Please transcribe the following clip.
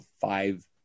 five